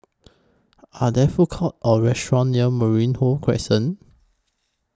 Are There Food Courts Or restaurants near Merino Crescent